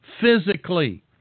physically